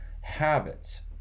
habits